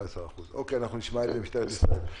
אוקיי, נשמע את משטרת ישראל.